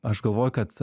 aš galvoju kad